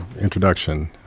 introduction